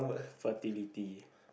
fertility